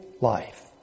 life